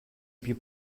più